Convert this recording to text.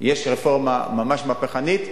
יש רפורמה ממש מהפכנית,